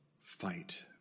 fight